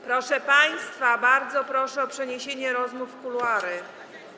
Proszę państwa, bardzo proszę o przeniesienie rozmów w kuluary.